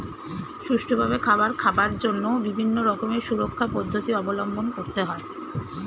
সুষ্ঠুভাবে খাবার খাওয়ার জন্য বিভিন্ন রকমের সুরক্ষা পদ্ধতি অবলম্বন করতে হয়